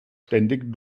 ständig